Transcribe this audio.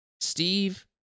Steve